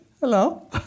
hello